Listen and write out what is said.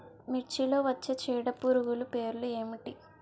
మిర్చిలో వచ్చే చీడపురుగులు పేర్లు ఏమిటి?